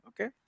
Okay